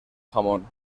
jamón